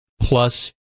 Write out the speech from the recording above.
plus